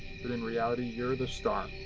but in reality, you're the star.